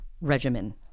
regimen